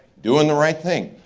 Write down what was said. doing the right thing.